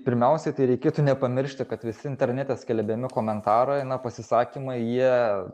pirmiausiai tai reikėtų nepamiršti kad visi internete skelbiami komentarai na pasisakymai jie